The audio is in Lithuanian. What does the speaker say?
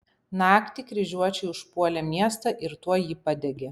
naktį kryžiuočiai užpuolė miestą ir tuoj jį padegė